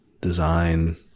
design